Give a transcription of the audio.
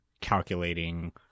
calculating